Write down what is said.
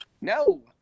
No